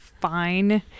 fine